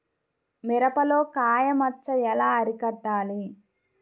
మిరపలో కాయ మచ్చ ఎలా అరికట్టాలి?